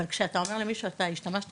אבל כשאתה אומר למישהו "אתה השתמשת